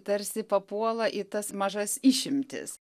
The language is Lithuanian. tarsi papuola į tas mažas išimtis